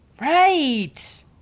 Right